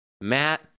Matt